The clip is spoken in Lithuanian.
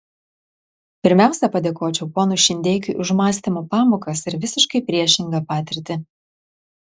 pirmiausia padėkočiau ponui šindeikiui už mąstymo pamokas ir visiškai priešingą patirtį